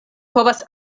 povas